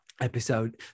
episode